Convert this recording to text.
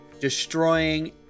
destroying